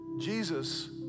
Jesus